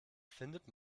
findet